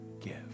give